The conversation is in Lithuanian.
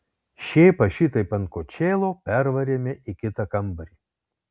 šėpą šitaip ant kočėlo pervarėme į kitą kambarį